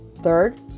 Third